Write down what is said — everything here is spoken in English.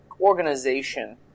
organization